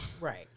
Right